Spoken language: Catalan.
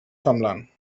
semblant